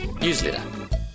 newsletter